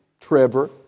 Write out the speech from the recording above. Trevor